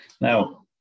Now